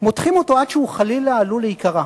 מותחים אותו עד שהוא חלילה עלול להיקרע,